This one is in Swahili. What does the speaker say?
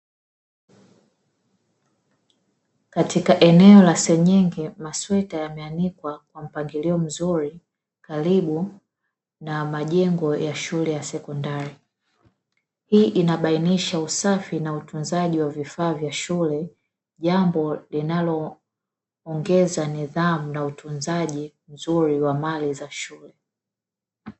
Katika eneo la senyenge masweta yameanikwa kwa mpangilio mzuri karibu na majengo ya shule ya sekondari, hii inabainisha usafi na utunzaji wa vifaa vya shule jambo linaloongeza nidhamu na utunzaji mzuri wa mali za shule.